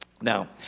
Now